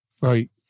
Right